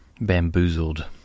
Bamboozled